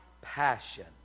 passion